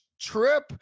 trip